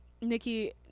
nikki